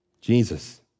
Jesus